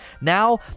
Now